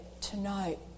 tonight